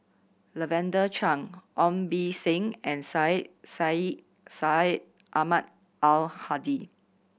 Lavender Chang Ong Beng Seng and Syed Sheikh Syed Ahmad Al Hadi